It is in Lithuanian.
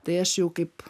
tai aš jau kaip